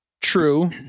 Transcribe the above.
True